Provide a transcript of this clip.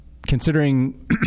Considering